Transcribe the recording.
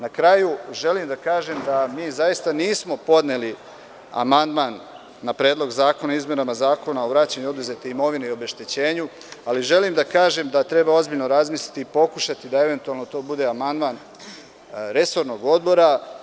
Na kraju želim da kažem da mi nismo podneli amandman na Predlog zakona o izmenama Zakona o vraćanju oduzete imovine i obeštećenju, ali želim da kažem da treba ozbiljno razmisliti i pokušati da eventualno to bude amandman resornog odbora.